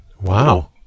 Wow